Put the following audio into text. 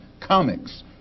comics